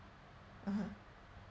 mmhmm